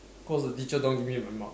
cause the teacher don't want give me my mark